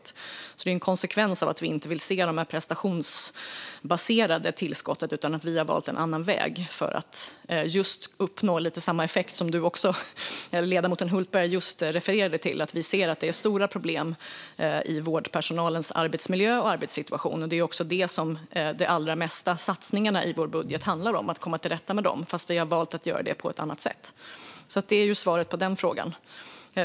Det är alltså en konsekvens av att vi inte vill se det prestationsbaserade tillskottet utan har valt en annan väg för att uppnå samma effekt som ledamoten Hultberg just refererade till. Vi ser att det är stora problem i vårdpersonalens arbetsmiljö och arbetssituation, och det är också detta som de allra flesta satsningarna i vår budget handlar om - att komma till rätta med dem. Fast vi har valt att göra det på ett annat sätt. Det är alltså svaret på den frågan.